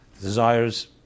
desires